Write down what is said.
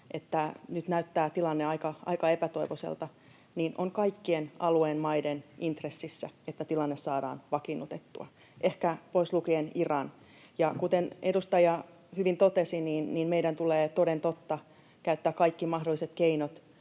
että nyt tilanne näyttää aika epätoivoiselta, on kaikkien alueen maiden intressissä, että tilanne saadaan vakiinnutettua, ehkä pois lukien Iran. Kuten edustaja hyvin totesi, meidän tulee toden totta käyttää kaikki mahdolliset keinot,